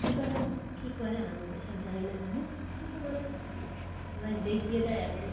কীভাবে কী করে আমি তো এসব জানি না আমি মুক্ষু সুক্ষু মানুষ সবাই দেখিয়ে দেয় এখন